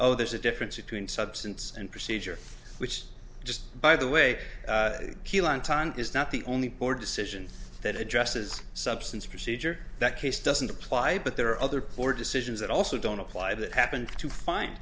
oh there's a difference between substance and procedure which just by the way is not the only board decision that addresses substance procedure that case doesn't apply but there are other poor decisions that also don't apply that happened to find